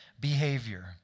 Behavior